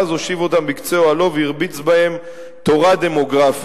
ואז הושיב אותם בקצה אוהלו והרביץ בהם תורה דמוגרפית."